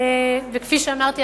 כפי שאמרתי,